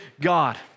God